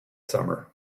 summer